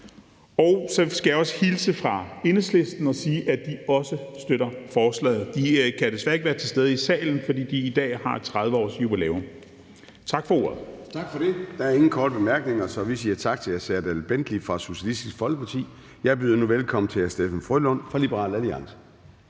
Og så skal jeg også hilse fra Enhedslisten og sige, at de også støtter forslaget. De kan desværre ikke være til stede i salen, fordi de i dag har 30 års jubilæum. Tak for ordet. Kl. 16:53 Formanden (Søren Gade): Der er ingen korte bemærkninger, så vi siger tak til hr. Serdal Benli fra Socialistisk Folkeparti. Jeg byder nu velkommen til hr. Steffen W. Frølund fra Liberal Alliance.